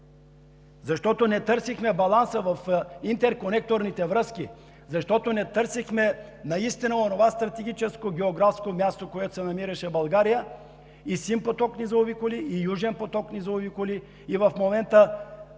Защото не търсихме баланса в интерконекторните връзки. Защото не търсихме наистина онова стратегическо географско място, на което се намираше България – и „Син поток“ ни заобиколи, и „Южен поток“ ни заобиколи, и в момента,